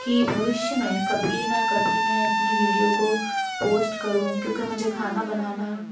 कि भविष्य में कभी न कभी मैं अपनी वीडियो को पोस्ट करूँ क्योंकि मुझे खाना बनाना